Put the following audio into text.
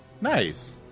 Nice